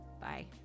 Bye